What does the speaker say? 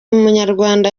umunyarwanda